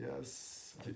yes